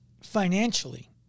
financially